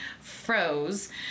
froze